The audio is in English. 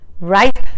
right